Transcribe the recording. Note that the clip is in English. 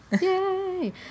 yay